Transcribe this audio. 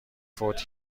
فوت